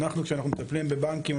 אנחנו שאנחנו מטפלים בבנקים,